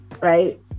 right